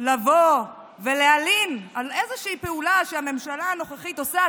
לבוא ולהלין על איזושהי פעולה שהממשלה הנוכחית עושה.